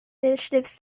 initiatives